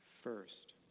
First